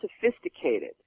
sophisticated